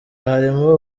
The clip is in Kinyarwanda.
harimo